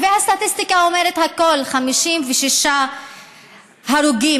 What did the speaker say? והסטטיסטיקה אומרת הכול: 56 ערבים הרוגים,